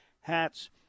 hats